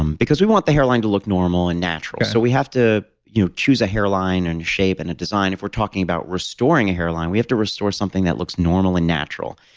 um because we want the hairline to look normal and natural. so, we have to you know choose a hairline, and a shape, and a design. if we're talking about restoring a hairline we have to restore something that looks normal and natural,